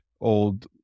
old